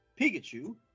Pikachu